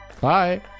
Bye